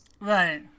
Right